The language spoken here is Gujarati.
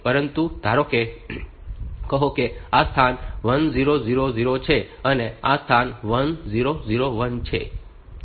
પરંતુ ધારો કે કહો કે આ સ્થાન 1000 છે અને આ સ્થાન 1001 છે